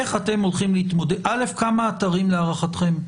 א', כמה אתרים להערכתכם?